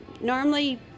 normally